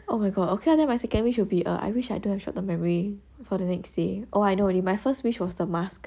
oh my god okay ah then my second wish will be err I wish I don't have short term memory for the next day oh I know already my first wish was the mask